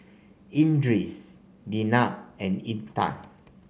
Idris Jenab and Intan